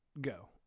go